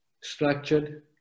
structured